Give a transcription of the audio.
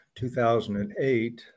2008